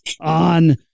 on